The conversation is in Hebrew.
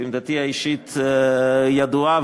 ועמדתי האישית ידועה,